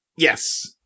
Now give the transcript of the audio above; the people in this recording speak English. Yes